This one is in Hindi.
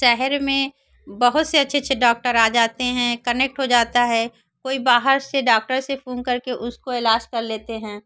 शहर में बहुत से अच्छे अच्छे डॉक्टर आ जाते हैं कनेक्ट हो जाता है कोई बाहर से डॉक्टर से फोन करके उसको इलाज कर लेते हैं